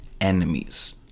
enemies